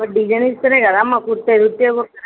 ఇప్పుడు డిజైన్ ఇస్తే కదంమ కుట్టేది ఉట్టిగా కుడుతారా